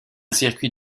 circuit